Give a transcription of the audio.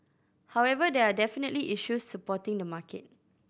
however there are definitely issues supporting the market